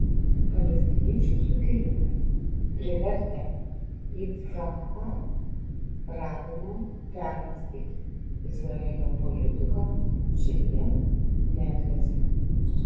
palestiniečių sukilimai privertę yitzhaką rabiną permąstyti izraelio politiką šiandien negresia